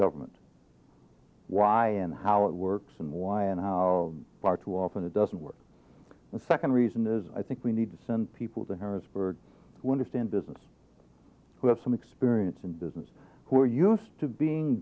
government why and how it works and why and how far too often it doesn't work the second reason is i think we need to send people to harrisburg want to stay in business who have some experience in business who are used to being